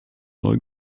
neu